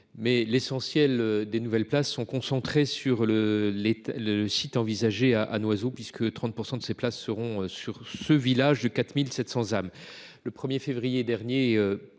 mais l’essentiel des nouvelles places est concentré sur le site envisagé à Noiseau – 30 % des places se trouveront dans ce village de 4 700 âmes. Le 1 février dernier,